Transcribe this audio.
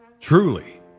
Truly